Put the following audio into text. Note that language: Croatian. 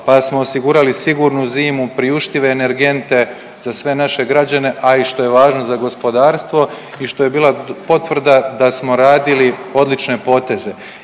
pa smo osigurali sigurnu zimu, priuštive energente za sve naše građane, a i što je važno za gospodarstvo i što je bila potvrda da smo radili odlične poteze.